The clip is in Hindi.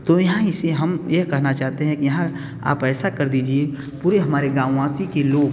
तो यहाँ इससे हम यह कहना चाहते हैं कि यहाँ आप ऐसा कर दीजिए पूरे हमारे गाँव वासी के लोग